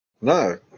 No